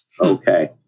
Okay